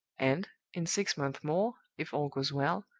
and, in six months more, if all goes well,